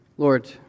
Lord